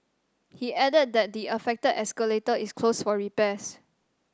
he added that the affected escalator is closed for repairs